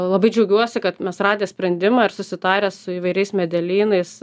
labai džiaugiuosi kad mes radę sprendimą ir susitarę su įvairiais medelynais